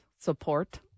Support